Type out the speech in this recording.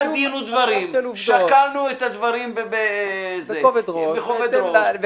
היה דין ודברים ושקלנו את הדברים בכובד ראש.